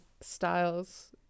Styles